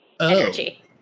Energy